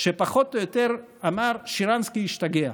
שפחות או יותר אמר: שרנסקי השתגע.